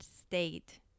state